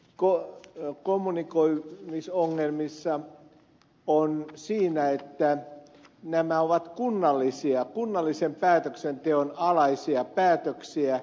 tieto ohjelmien toistensa kanssa kommunikoimisessa on siinä että nämä ovat kunnallisia kunnallisen päätöksenteon alaisia päätöksiä